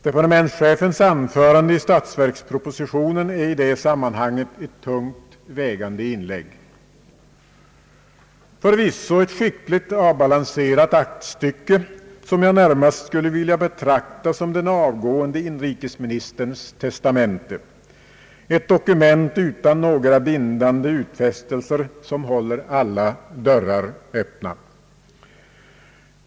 Departementschefens anförande i statsverkspropositionen är i det sammanhanget ett tungt vägande inlägg; förvisso ett skickligt avbalanserat aktstycke, som jag närmast skulle vilja betrakta som den avgående inrikesministerns testamente, ett dokument som utan några bindande utfästelser håller alla dörrar öppna.